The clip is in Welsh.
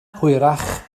hwyrach